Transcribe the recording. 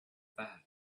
that